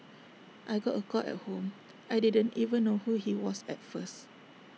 I got A call at home I didn't even know who he was at first